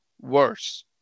worse